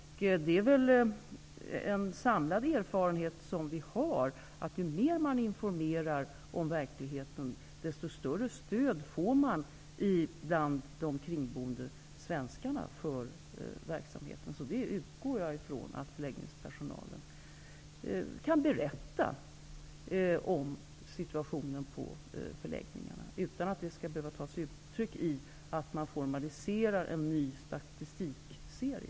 Det är väl en samlad erfarenhet som vi har att ju mer man informerar om verkligheten, desto större stöd får man bland de kringboende svenskarna för verksamheten. Därför utgår jag från att förläggningspersonalen kan berätta om situationen på förläggningarna utan att det skall behöva ta sig uttryck i att man formaliserar en ny statistikserie.